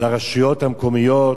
לרשויות המקומיות,